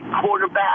quarterback